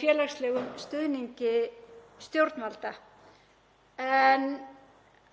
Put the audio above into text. félagslegum stuðningi stjórnvalda. En